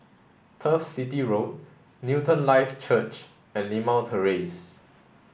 Turf City Road Newton Life Church and Limau Terrace